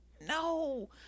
no